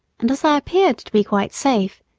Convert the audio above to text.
and as i appeared to be quite safe,